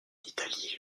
italie